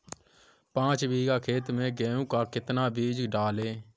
पाँच बीघा खेत में गेहूँ का कितना बीज डालें?